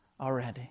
already